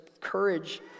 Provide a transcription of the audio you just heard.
courage